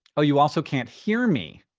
oh, you also can't hear me?